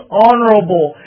honorable